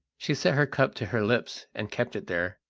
she set her cup to her lips and kept it there,